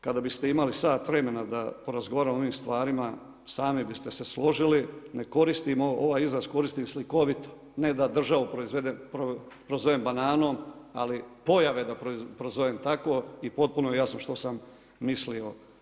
Kada biste imali sat vremena da porazgovaramo o ovim stvarima sami biste se složili, ne koristim, ovaj izraz koristim slikovito, ne da državu prozovem bananom, ali pojave da prozovem tako i potpuno je jasno što sam mislio.